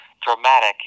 dramatic